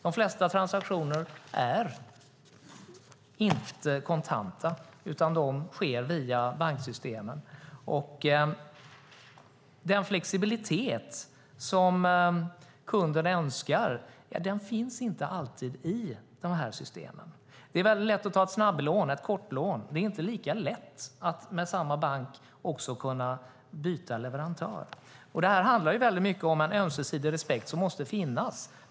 De flesta transaktioner sker inte genom kontanter utan sker via banksystemen. Den flexibilitet som kunden önskar finns inte alltid i de systemen. Det är väldigt lätt att ta ett snabblån, ett kortlån, men det är inte lika lätt att med samma bank byta leverantör. Det handlar väldigt mycket om en ömsesidig respekt som måste finnas.